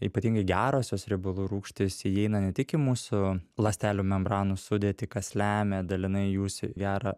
ypatingai gerosios riebalų rūgštys įeina ne tik į mūsų ląstelių membranų sudėtį kas lemia dalinai jūsi gerą